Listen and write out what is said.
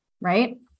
right